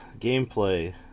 gameplay